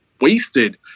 wasted